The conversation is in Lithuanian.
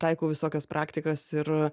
taikau visokias praktikas ir